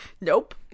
Nope